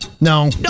No